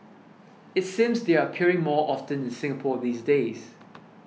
it seems they're appearing more often in Singapore these days